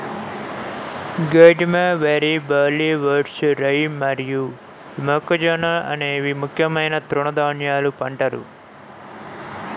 గోధుమ, వరి, barley, oats, rye మరియు మొక్కజొన్న అనేవి ముఖ్యమైన తృణధాన్యాల పంటలు